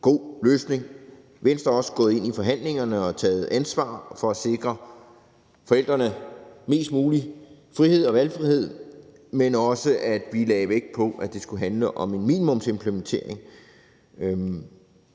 god løsning. Venstre er også gået ind i forhandlingerne og har taget ansvar for at sikre forældrene mest mulig frihed og valgfrihed, men vi har også lagt vægt på, at det skulle handle om en minimumsimplementering.